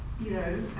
you know,